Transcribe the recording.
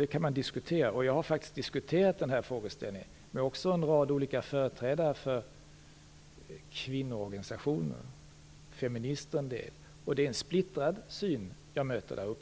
det kan vi diskutera, och jag har diskuterat detta med en rad olika företrädare för kvinnoorganisationer, en del feminister. Det är en splittrad syn jag möter.